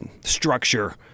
structure